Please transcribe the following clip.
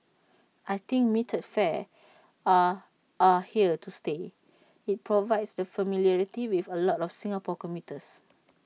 I think metered fares are are here to stay IT provides that familiarity with A lot of Singapore commuters